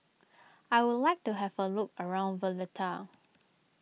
I would like to have a look around Valletta